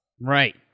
Right